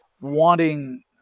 wanting